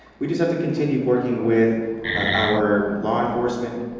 we just have to continue working with our law enforcement,